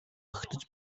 магтаж